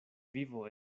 vivo